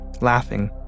laughing